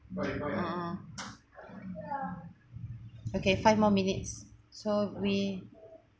mm mm okay five more minutes so we